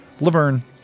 Laverne